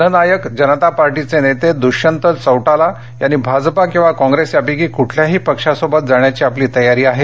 जननायक जनता पार्टीचे नेते दृष्यंत चौटाला यांनी भाजपा किंवा काँप्रेस यापंकी कूठल्याही पक्षासोबत जाण्याची आपली तयारी आहे